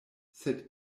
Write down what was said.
sed